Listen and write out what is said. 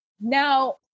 now